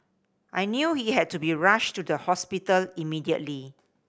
I knew he had to be rushed to the hospital immediately